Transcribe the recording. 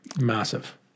massive